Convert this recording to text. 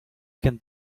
can